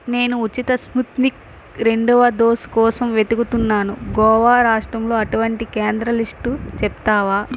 నేను ఉచిత స్పుత్నిక్ రెండవ డోస్ కోసం వెతుకుతున్నాను గోవా రాష్ట్రంలో అటువంటి కేంద్ర లిస్టు చెప్తావా